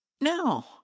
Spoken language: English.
No